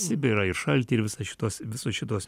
sibirą ir šaltį ir visą šituos visus šituos